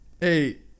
Hey